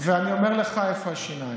ואני אומר לך איפה השיניים.